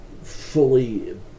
fully